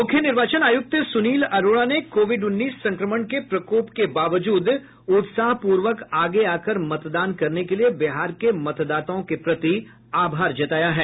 मुख्य निर्वाचन आयुक्त सुनील अरोड़ा ने कोविड उन्नीस संक्रमण के प्रकोप के बावजूद उत्साहपूर्वक आगे आकर मतदान करने के लिये बिहार के मतदाताओं के प्रति आभार जताया है